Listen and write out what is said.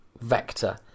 Vector